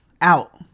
out